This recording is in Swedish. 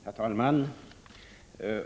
Herr talman!